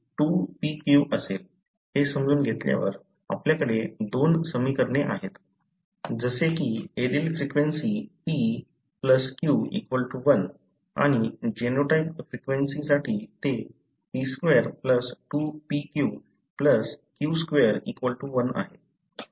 हे समजून घेतल्यावर आपल्याकडे दोन समीकरणे आहेत जसे की एलील फ्रिक्वेंसी p q 1 आणि जीनोटाइप फ्रिक्वेन्सीसाठी ते p2 2pq q2 1 आहे